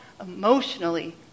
emotionally